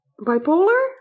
bipolar